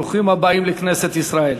ברוכים הבאים לכנסת ישראל.